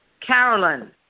Carolyn